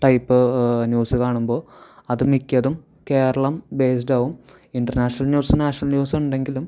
type news കാണുമ്പോൾ അത് മിക്കതും കേരളം ബേസ്ഡ് ആവും ഇൻറർനാഷണൽ ന്യൂസും നാഷണൽ ന്യൂസും ഉണ്ടെങ്കിലും